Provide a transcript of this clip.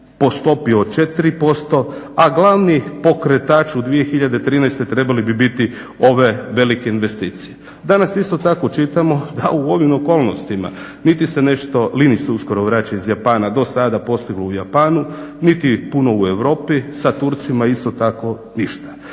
po stopi od 4%, a glavni pokretač u 2013. trebale bi biti ove velike investicije. Danas isto tako čitamo da u ovim okolnostima niti se nešto, Linić se uskoro vraća iz Japana, dosada postiglo u Japanu, niti puno u Europi, sa Turcima isto tako išta.